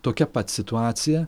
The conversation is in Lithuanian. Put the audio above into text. tokia pat situacija